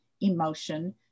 emotion